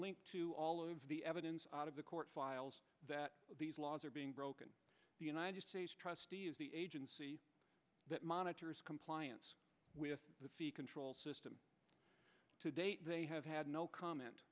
link to all of the evidence out of the court files that these laws are being broken the united states trustee is the agency that monitors compliance with the fee control system to date they have had no comment